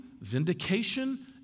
vindication